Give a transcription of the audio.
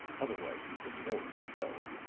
otherwise he would have known of the bell.